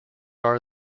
are